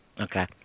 Okay